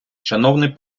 шановний